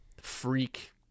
freak